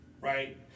right